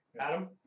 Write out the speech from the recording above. Adam